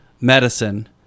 medicine